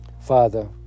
Father